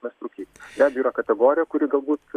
mest rūkyt be abejo yra kategorija kuri galbūt